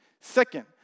Second